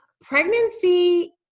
pregnancy